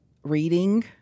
Reading